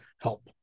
help